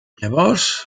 llavors